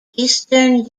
eastern